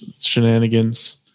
shenanigans